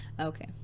Okay